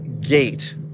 gate